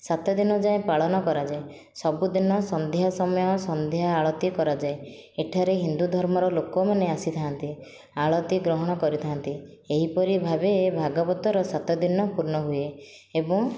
ସାତ ଦିନ ଯାଏଁ ପାଳନ କରାଯାଏ ସବୁଦିନ ସନ୍ଧ୍ୟା ସମୟ ସନ୍ଧ୍ୟା ଆଳତି କରାଯାଏ ଏଠାରେ ହିନ୍ଦୁ ଧର୍ମର ଲୋକମାନେ ଆସିଥାନ୍ତି ଆଳତି ଗ୍ରହଣ କରିଥାନ୍ତି ଏହିପରି ଭାବେ ଭାଗବତର ସାତଦିନ ପୂର୍ଣ୍ଣ ହୁଏ ଏବଂ